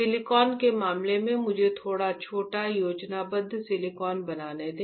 silicon के मामले में मुझे थोड़ा छोटा योजनाबद्ध सिलिकॉन बनाने दें